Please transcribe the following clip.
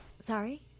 Sorry